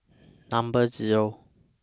Number Zero